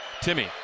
Timmy